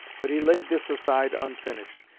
but he laid this aside unfinished,